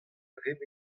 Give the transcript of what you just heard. debret